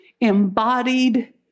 embodied